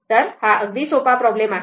तर हा अगदी सोपा प्रॉब्लेम आहे